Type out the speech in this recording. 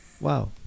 Wow